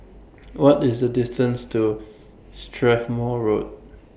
What IS The distance to Strathmore Road